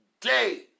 day